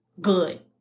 good